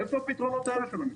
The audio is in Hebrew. איפה הפתרונות האלה של המדינה?